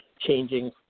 changing